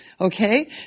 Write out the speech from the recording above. Okay